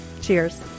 Cheers